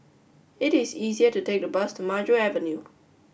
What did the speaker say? it is easier to take the bus to Maju Avenue